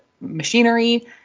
machinery